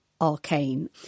arcane